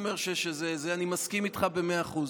אני מסכים איתך במאה אחוזים.